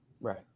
Right